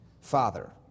Father